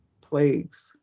Plagues